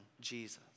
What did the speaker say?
Jesus